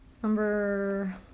Number